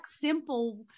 simple